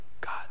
God